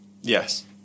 Yes